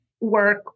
work